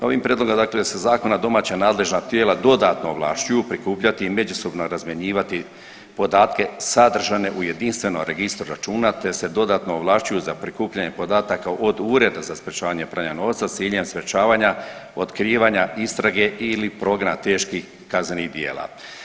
Ovim prijedlogom dakle se zakona domaća nadležna tijela dodatno ovlašćuju prikupljati i međusobno razmjenjivati podatke sadržane u jedinstvenom registru računa, te se dodatno ovlašćuju za prikupljanje podataka od Ureda za sprječavanje pranja novca s ciljem sprječavanja, otkrivanja istrage ili progona teških kaznenih dijela.